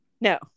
No